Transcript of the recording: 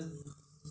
mm